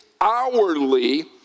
hourly